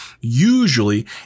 Usually